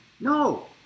No